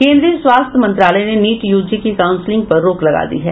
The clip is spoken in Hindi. केन्द्रीय स्वास्थ्य मंत्रालय ने नीट यूजी की काउंसिलिंग पर रोक लगा दी है